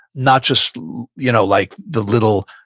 not just you know like the little,